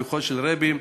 שלוחו של הרבי,